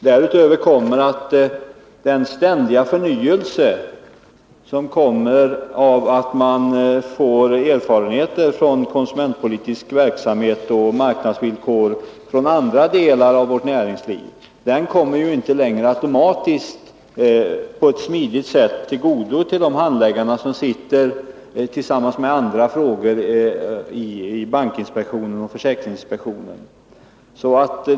Därtill kommer att den ständiga förnyelsen och de erfarenheter man får från konsumentpolitisk verksamhet och marknadsvillkor när det gäller andra delar av vårt näringsliv inte längre kommer de handläggare till godo som behandlar andra frågor i bankinspektionen och försäkringsinspektionen.